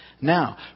now